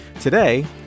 Today